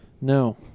No